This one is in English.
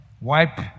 wipe